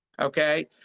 okay